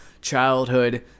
childhood